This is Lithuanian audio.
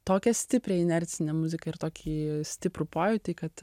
tokią stiprią inercinę muziką ir tokį stiprų pojūtį kad